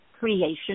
creation